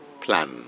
Plan